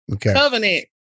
Covenant